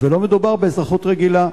ולא מדובר באזרחות רגילה.